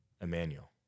Emmanuel